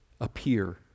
appear